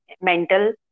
mental